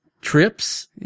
Trips